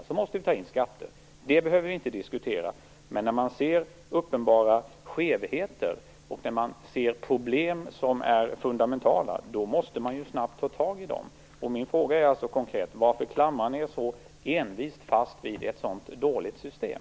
Det behöver vi alltså inte diskutera, men när man ser uppenbara skevheter och fundamentala problem måste man snabbt ta tag i dem. Min konkreta fråga är alltså: Varför klamrar sig regeringen så envist fast vid ett sådant dåligt system?